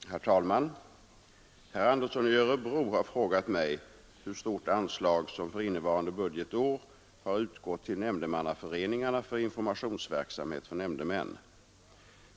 Herr talman! Herr Andersson i Örebro har frågat mig hur stort anslag som för innevarande budgetår har utgått till nämndemannaföreningarna för informationsverksamhet för nämndemän.